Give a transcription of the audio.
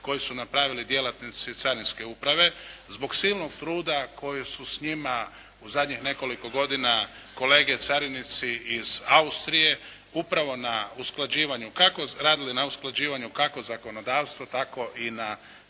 koji su napravili djelatnici Carinske uprave, zbog silnog truda koji su s njima u zadnjih nekoliko godina kolege carinici iz Austrije, upravo na usklađivanju, radili na usklađivanju kako zakonodavstva tako i